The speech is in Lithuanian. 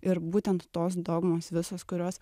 ir būtent tos dogmos visos kurios